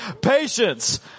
Patience